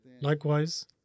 Likewise